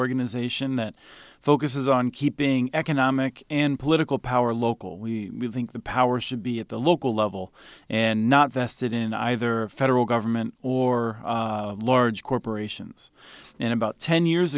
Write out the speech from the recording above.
organization that focuses on keeping economic and political power local we think the power should be at the local level and not vested in either federal government or large corporations in about ten years